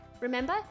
Remember